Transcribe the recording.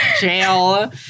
jail